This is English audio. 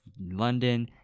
London